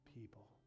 people